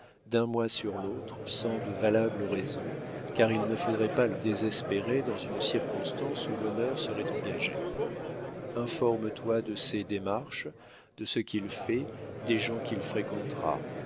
d'un mois sur l'autre sans de valables raisons car il ne faudrait pas le désespérer dans une circonstance où l'honneur serait engagé informe toi de ses démarches de ce qu'il fait des gens qu'il fréquentera